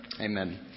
Amen